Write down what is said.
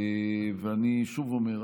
ואני שוב אומר,